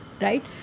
Right